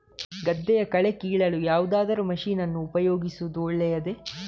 ಗದ್ದೆಯ ಕಳೆ ಕೀಳಲು ಯಾವುದಾದರೂ ಮಷೀನ್ ಅನ್ನು ಉಪಯೋಗಿಸುವುದು ಒಳ್ಳೆಯದೇ?